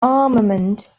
armament